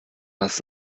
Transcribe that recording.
hast